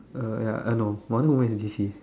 uh ya I know but I only know where is D_C